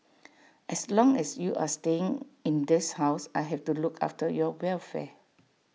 as long as you are staying in this house I have to look after your welfare